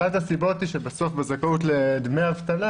אחת הסיבות היא שבסוף בזכאות לדמי אבטלה,